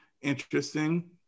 interesting